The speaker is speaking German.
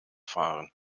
fahren